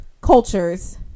cultures